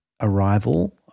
arrival